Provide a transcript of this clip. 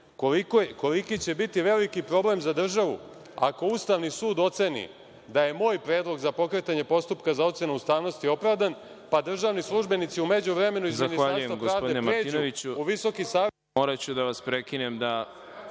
koliki će biti veliki problem za državu ako Ustavni sud oceni da je moj predlog za pokretanje postupka za ocenu ustavnosti opravdan, pa državni službenici u međuvremenu iz